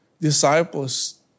disciples